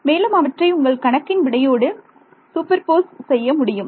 மேலும் அவற்றை உங்கள் கணக்கின் விடையோடு சூப்பர்போஸ் செய்ய முடியும்